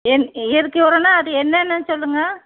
என் இயற்கை உரம்னா அது என்னென்னு சொல்லுங்கள்